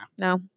No